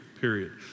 period